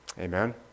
Amen